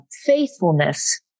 faithfulness